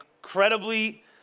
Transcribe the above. incredibly